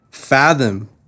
Fathom